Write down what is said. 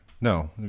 No